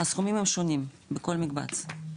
הסכומים הם שונים בכל מקבץ,